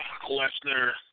Lesnar